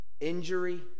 Injury